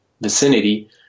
vicinity